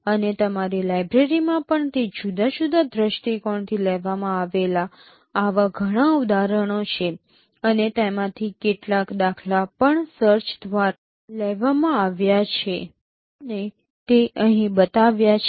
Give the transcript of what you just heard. અને તમારી લાઇબ્રેરીમાં પણ તે જુદા જુદા દૃષ્ટિકોણથી લેવામાં આવેલા આવા ઘણા ઉદાહરણો છે અને તેમાંથી કેટલાક દાખલા પણ સર્ચ દ્વારા લેવામાં આવ્યા છે અને તે અહીં બતાવ્યા છે